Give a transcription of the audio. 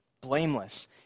blameless